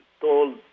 told